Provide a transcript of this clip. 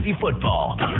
football